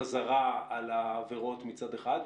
לחזרה על העבירות מצד אחד,